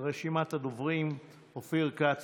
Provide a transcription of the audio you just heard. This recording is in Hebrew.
רשימת הדוברים: אופיר כץ,